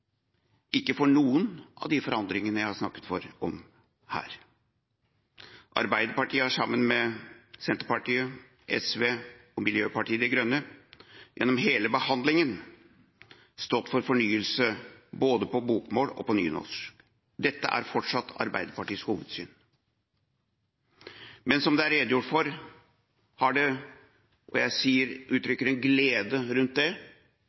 ikke for noen av de forandringene jeg har snakket om her. Arbeiderpartiet har, sammen med Senterpartiet, SV og Miljøpartiet De Grønne, gjennom hele behandlingen stått for fornyelse både på bokmål og på nynorsk. Dette er fortsatt Arbeiderpartiets hovedsyn. Men som det er redegjort for, har det – og jeg uttrykker glede rundt det